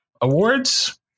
awards